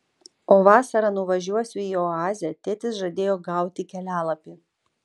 o vasarą nuvažiuosiu į oazę tėtis žadėjo gauti kelialapį